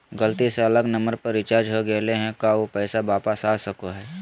गलती से अलग नंबर पर रिचार्ज हो गेलै है का ऊ पैसा वापस आ सको है?